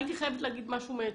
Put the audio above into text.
הייתי חייבת להגיד משהו מאצלי,